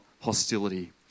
hostility